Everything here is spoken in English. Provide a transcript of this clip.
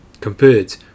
compared